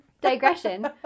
digression